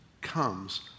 comes